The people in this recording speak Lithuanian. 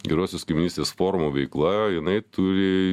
gerosios kaimynystės forumų veikla jinai turi